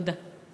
תודה.